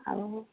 ଆଉ